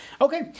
Okay